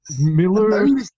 Miller